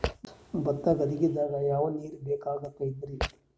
ಭತ್ತ ಗದ್ದಿಗ ಯಾವ ನೀರ್ ಬೇಕಾಗತದರೀ?